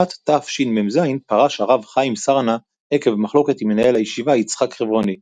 בשנת תשמ"ז פרש הרב חיים סרנא עקב מחלוקת עם מנהל הישיבה יצחק חברוני.